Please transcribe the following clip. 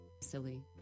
Silly